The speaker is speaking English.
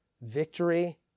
Victory